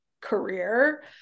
career